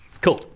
Cool